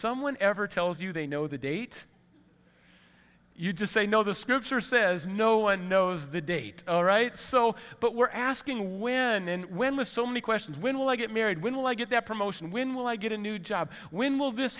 someone ever tells you they know the date you just say no the scripture says no one knows the date all right so but we're asking when when with so many questions when will i get married when will i get that promotion when will i get a new job when will this